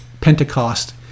Pentecost